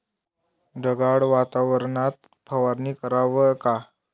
ढगाळ वातावरनात फवारनी कराव का?